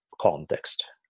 context